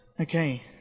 Okay